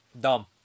dumb